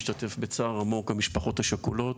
להשתתף בצער עמוק עם המשפחות השכולות,